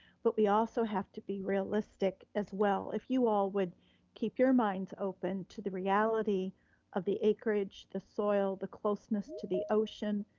but we also have to be realistic as well. if you all would keep your minds open to the reality of the acreage, the soil, the closeness to the ocean,